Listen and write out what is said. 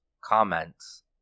comments